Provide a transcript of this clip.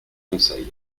conseil